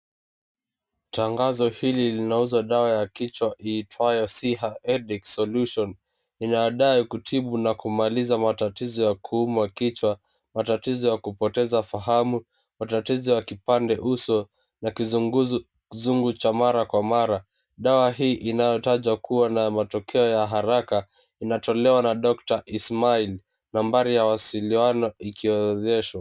Tangazo hili linauza dawa ya kichwa iitwayo Siha Headache Solution, inadai kutibu na kumaliza matatizo ya kuuma kichwa, matatizo ya kupoteza fahamu, matatizo ya kipande uso na kizunguzungu cha mara kwa mara. Dawa hii inayotajwa kuwa na matokeo ya haraka, inatolewa na Daktari Ismail, nambari ya wasiliano ikionyeshwa.